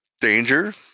danger